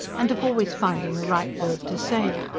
and of always finding the right word to say.